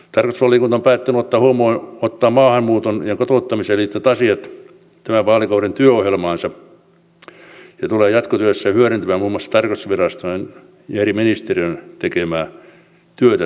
tarkastusvaliokunta on päättänyt ottaa maahanmuuttoon ja kotouttamiseen liittyvät asiat tämän vaalikauden työohjelmaansa ja tulee jatkotyössä hyödyntämään muun muassa tarkastusviraston ja eri ministeriöiden tekemää työtä tässä asiassa